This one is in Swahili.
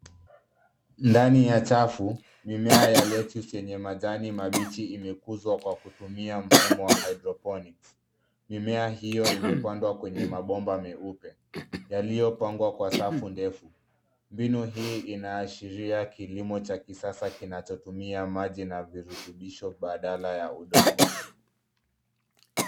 Ndani ya chafu mmea ya lettuce yenye majani mabichi ime kuzwa kutumia mfumo wa hydroponics . Mmea hiyo ime pandwa kwenye mabomba meupe yaliyo pangwa kwa safu ndefu. Mbinu hii ina ashiria kilimo cha kisasa kinacho tumia maji na virutubisho badala ya udongo.